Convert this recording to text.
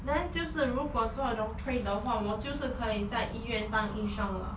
then 就是如果做 doctor 的话我就是可以在医院当医生了